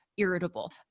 Irritable